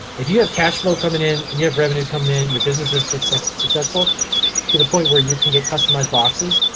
if you have cashflow coming in, and you have revenue coming in, your business is successful, to the point where you can get customized boxes,